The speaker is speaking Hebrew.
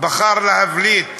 בחר להבליט